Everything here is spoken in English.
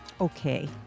okay